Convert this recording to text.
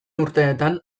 urteetan